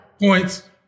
points